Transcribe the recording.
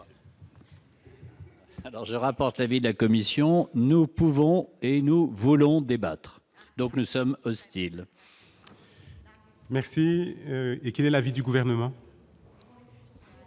Alors je rapporte l'avis de la Commission, nous pouvons et nous voulons débattre, donc nous sommes hostiles. Merci et quel est l'avis du gouvernement.